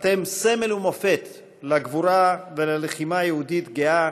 אתם סמל ומופת לגבורה וללחימה יהודית גאה